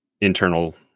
internal